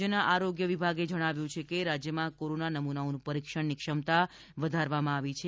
રાજ્યના આરોગ્ય વિભાગે જણાવ્યું છે કે રાજ્યમાં કોરોના નમૂનાઓનું પરીક્ષણ ક્ષમતા વધારવામાં આવી છે